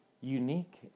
unique